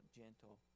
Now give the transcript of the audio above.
gentle